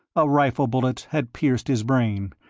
a rifle bullet had pierced his brain,